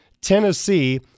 Tennessee